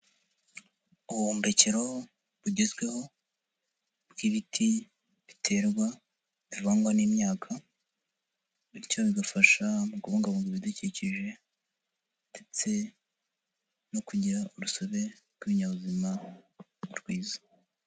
Ubuhumbikiro bugezweho bw'ibiti biterwa bivangwa n'imyaka bityo bigafasha mu kubungabunga ibidukikije ndetse no kugira urusobe rw'ibinyabuzima rwiza.